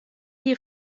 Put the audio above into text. dir